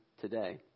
today